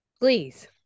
please